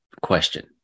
question